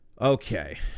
Okay